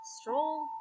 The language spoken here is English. stroll